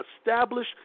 establish